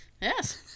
yes